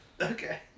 Okay